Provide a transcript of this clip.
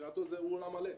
שמבחינתו הוא עולם מלא,